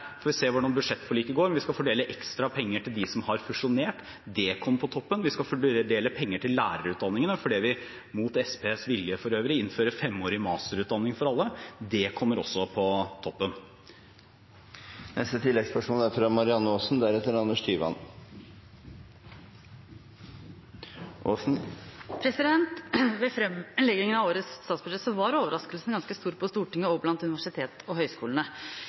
Vi skal nå – vi får se hvordan budsjettforliket går – fordele ekstra penger til dem som har fusjonert. Det kommer på toppen. Vi skal fordele penger til lærerutdanningen, fordi vi – mot Senterpartiets vilje for øvrig – innfører femårig masterutdanning for alle. Det kommer også på toppen. Marianne Aasen – til oppfølgingsspørsmål. Ved framleggingen av årets statsbudsjett var overraskelsen ganske stor på Stortinget og blant universitetene og høyskolene,